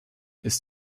ist